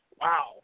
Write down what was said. wow